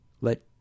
Let